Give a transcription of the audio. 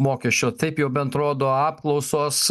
mokesčio taip jau bent rodo apklausos